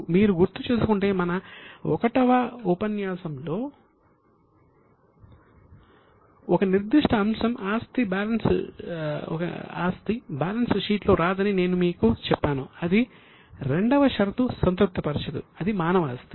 మీరు గుర్తు చేసుకుంటే మన 1 వ ఉపన్యాసంలో ఒక నిర్దిష్ట అంశం ఆస్తి బ్యాలెన్స్ షీట్లో రాదని నేను మీకు చెప్పాను అది 2 వ షరతును సంతృప్తిపరచదు అది మానవ ఆస్తి